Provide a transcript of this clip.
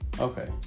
okay